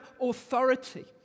authority